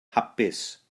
hapus